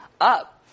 up